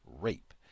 rape